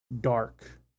dark